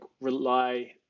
rely